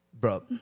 bro